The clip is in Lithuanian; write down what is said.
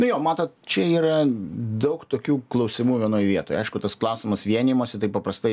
nu jo matot čia yra daug tokių klausimų vienoj vietoj aišku tas klausimas vienijimosi tai paprastai